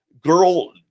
girl